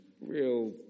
real